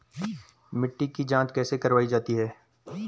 मिट्टी की जाँच कैसे करवायी जाती है?